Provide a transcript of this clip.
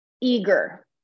eager